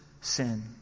sin